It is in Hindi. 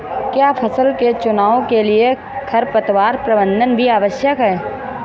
क्या फसल के चुनाव के लिए खरपतवार प्रबंधन भी आवश्यक है?